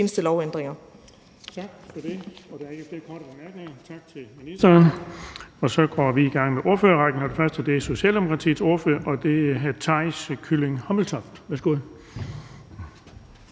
med de seneste lovændringer.